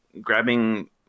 grabbing